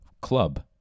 club